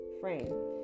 frame